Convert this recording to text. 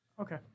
Okay